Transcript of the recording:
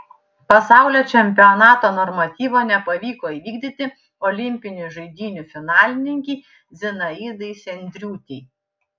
pasaulio čempionato normatyvo nepavyko įvykdyti olimpinių žaidynių finalininkei zinaidai sendriūtei